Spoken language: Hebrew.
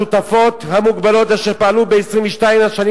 השותפויות המוגבלות אשר פעלו ב-22 השנים